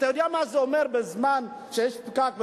אתה יודע מה זה אומר בזמן שיש פקק,